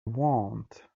want